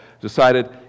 decided